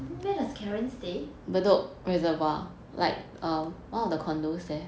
where does karen stay